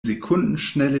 sekundenschnelle